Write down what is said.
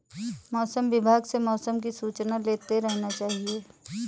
मौसम विभाग से मौसम की सूचना लेते रहना चाहिये?